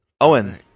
Owen